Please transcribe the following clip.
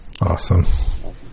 Awesome